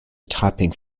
topping